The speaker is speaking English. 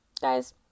Guys